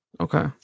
okay